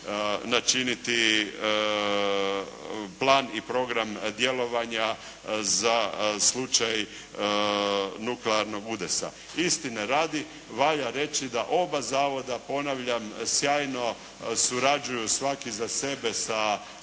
načiniti plan i program djelovanja za slučaj nuklearnog udesa. Istine radi, valja reći da oba zavoda, ponavljam, sjajno surađuju svaki za sebe sa znanstvenom